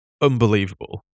unbelievable